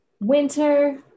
Winter